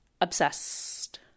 Obsessed